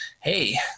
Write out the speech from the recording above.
Hey